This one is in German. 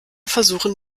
versuchen